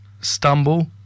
stumble